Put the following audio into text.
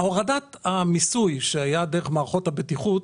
הורדת המיסוי שהייתה דרך מערכות הבטיחות